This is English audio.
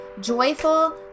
joyful